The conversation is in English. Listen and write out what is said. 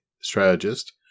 strategist